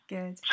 Good